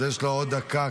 אז יש לו עוד דקה.